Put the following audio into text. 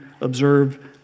observe